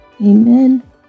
Amen